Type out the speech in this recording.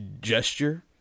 gesture